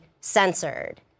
censored